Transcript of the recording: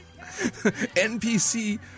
NPC